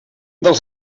dels